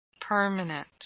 permanent